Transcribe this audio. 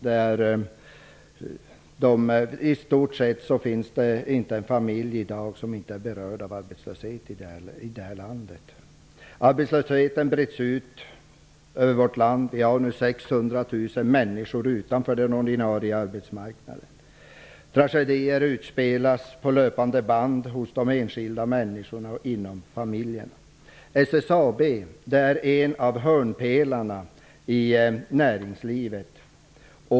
Det finns knappast en familj i vårt land i dag som inte är berörd av arbetslösheten. Arbetslösheten breds ut över vårt land. Vi har 600 000 människor utanför den ordinarie arbetsmarknaden. Tragedier utspelas på löpande band hos de enskilda människorna och inom familjerna. SSAB är en av hörnpelarna i näringslivet.